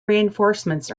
reinforcements